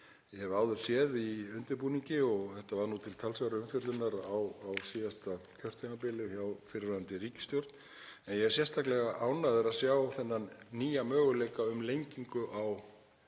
ég hef áður séð í undirbúningi. Þetta var nú til talsverðrar umfjöllunar á síðasta kjörtímabili hjá fyrrverandi ríkisstjórn. Ég er sérstaklega ánægður að sjá þennan nýja möguleika um lengingu á